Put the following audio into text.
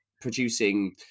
producing